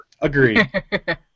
Agreed